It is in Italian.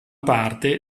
parte